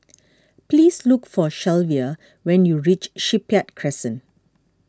please look for Shelvia when you reach Shipyard Crescent